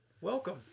welcome